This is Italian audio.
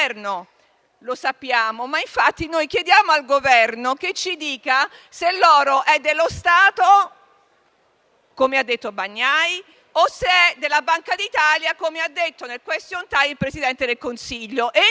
collega Bagnai), chiediamo al Governo che ci dica se l'oro è dello Stato (come ha detto Bagnai) o della Banca d'Italia (come ha detto nel *question time* il Presidente del Consiglio).